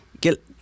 get